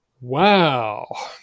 Wow